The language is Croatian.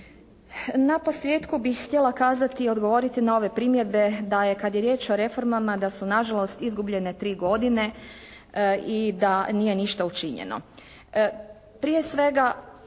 Naposljetku bih htjela kazati i odgovoriti na ove primjedbe da je kad je riječ o reformama da su nažalost izgubljene 3 godine i da nije ništa učinjeno. Prije svega